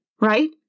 right